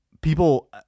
people